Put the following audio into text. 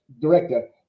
director